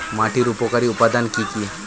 মাটির উপকারী উপাদান কি কি?